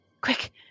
quick